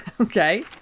Okay